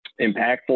impactful